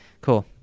Cool